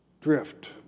drift